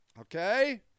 Okay